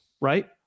right